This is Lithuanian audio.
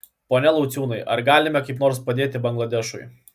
pone lauciūnai ar galime kaip nors padėti bangladešui